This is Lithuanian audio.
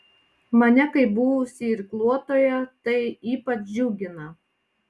mane kaip buvusį irkluotoją tai ypač džiugina